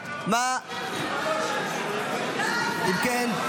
אם כן,